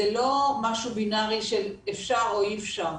זה לא משהו בינארי של אפשר או אי אפשר,